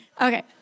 okay